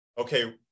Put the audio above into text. okay